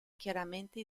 chiaramente